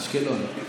אשקלון.